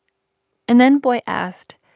and then boy asked,